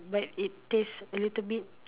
but it taste a little bit